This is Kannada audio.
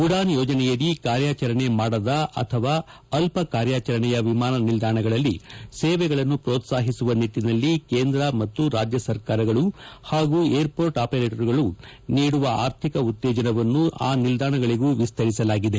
ಉಡಾನ್ ಯೋಜನೆಯಡಿ ಕಾರ್ಯಜರಣೆ ಮಾಡದ ಅಥವಾ ಅಲ್ಲ ಕಾರ್ಯಾಚರಣೆಯ ವಿಮಾನ ನಿಲ್ದಾಣಗಳಲ್ಲಿ ಸೇವಗಳನ್ನು ಪೋತ್ಸಾಹಿಸುವ ನಿಟ್ಟನಲ್ಲಿ ಕೇಂದ್ರ ಮತ್ತು ರಾಜ್ಯ ಸರ್ಕಾರಗಳು ಪಾಗೂ ಏರ್ ಪೋರ್ಟ್ ಆಪರೇಟರುಗಳು ನೀಡುವ ಆರ್ಥಿಕ ಉತ್ತೇಜನವನ್ನು ಆ ನಿಲ್ದಾಣಗಳಿಗೂ ವಿಶ್ವರಿಸಲಾಗಿದೆ